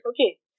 Okay